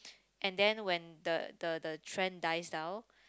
and then when the the the trend dies down